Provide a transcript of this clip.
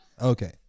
Okay